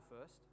first